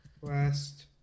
Quest